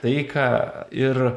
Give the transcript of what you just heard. taiką ir